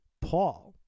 Paul